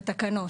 בתקנות,